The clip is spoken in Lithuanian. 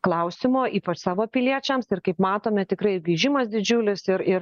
klausimo ypač savo piliečiams ir kaip matome tikrai ir grįžimas didžiulis ir ir